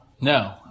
No